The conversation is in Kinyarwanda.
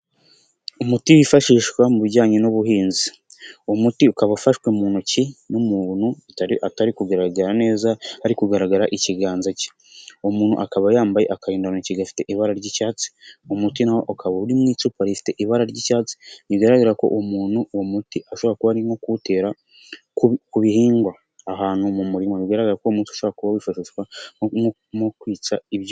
Umuti wifashishwa mu bijyanye n'ubuhinzi uwo muti ukaba ufashwe mu ntoki n'umuntu utari kugaragara neza ari kugaragara ikiganza cye, uwo muntu akaba yambaye akarindantoki gafite ibara ry'icyatsi, uwo muti nawo ukaba uri mu icupa rifite ibara ry'icyatsi bigaragara ko umuntu uwo ashobora kuba ari nko kuwutera ku bihingwa ahantu mu murimo bigaraga ko umuntu ushobora kuba wifashishwamo kwica ibyonnyi.